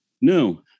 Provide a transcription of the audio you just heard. No